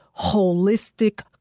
holistic